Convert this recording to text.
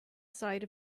side